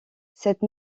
cette